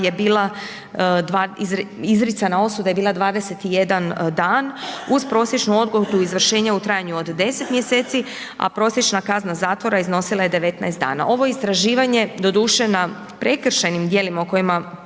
izricana osuda je bila 21 dana uz prosječnu odgodu izvršenja u trajanju od 10. mjeseci, a prosječna kazna zatvora iznosila je 19 dana. Ovo istraživanje doduše na prekršajnim djelima o kojima